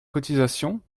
cotisations